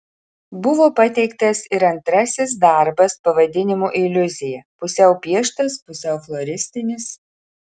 buvo pateiktas ir antrasis darbas pavadinimu iliuzija pusiau pieštas pusiau floristinis